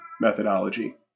methodology